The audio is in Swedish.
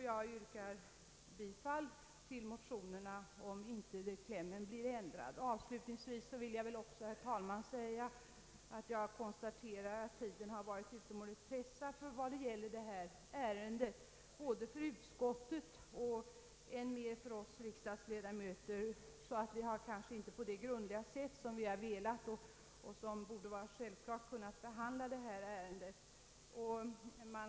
Jag yrkar bifall till motionerna, om inte klämmen blir ändrad på det sätt jag antytt. Avslutningsvis vill jag säga, herr talman, att jag konstaterar att både utskottets ledamöter och ännu mer vi riksdagsledamöter varit utomordentligt pressade på grund av den korta tid som stått till buds. Vi har kanske därför inte på det grundliga sätt som vi har velat och som borde vara självklart kunnat behandla detta ärende.